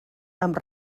amb